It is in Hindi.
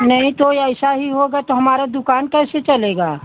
नहीं तो यह ऐसा ही होगा तो हमारी दुकान कैसे चलेगी